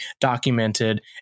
documented